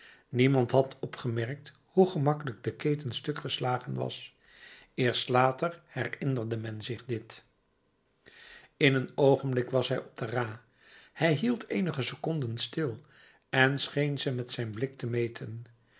niemand had opgemerkt hoe gemakkelijk de keten stuk geslagen was eerst later herinnerde men zich dit in een oogenblik was hij op de ra hij hield eenige seconden stil en scheen ze met zijn blik te meten